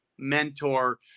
mentor